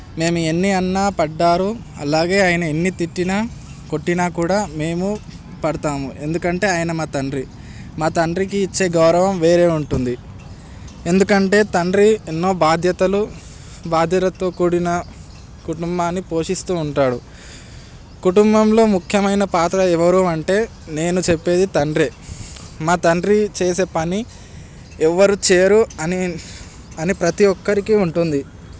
మేము ఎన్ని అన్నా పడ్డారు అలాగే ఆయన ఎన్ని తిట్టిన కొట్టిన కూడా మేము పడతాము ఎందుకంటే ఆయన మా తండ్రి మా తండ్రికి ఇచ్చే గౌరవం వేరే ఉంటుంది ఎందుకంటే తండ్రి ఎన్నో బాధ్యతలు బాధలతో కూడిన కుటుంబాన్ని పోషిస్తు ఉంటాడు కుటుంబంలో ముఖ్యమైన పాత్ర ఎవరు అంటే నేను చెప్పేది తండ్రి మా తండ్రి చేసే పని ఎవరు చేయరు అని అని ప్రతి ఒక్కరికి ఉంటుంది